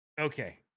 okay